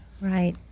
Right